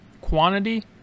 quantity